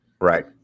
Right